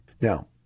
Now